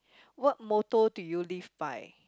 what motto do you live by